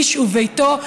איש וביתו,